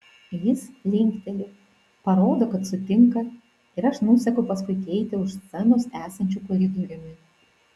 jis linkteli parodo kad sutinka ir aš nuseku paskui keitę už scenos esančiu koridoriumi